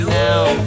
now